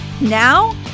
Now